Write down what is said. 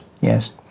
Yes